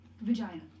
Vagina